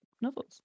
novels